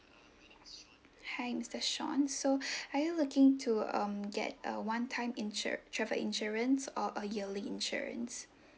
hi mister sean so are you looking to um get a one time insur~ travel insurance or a yearly insurance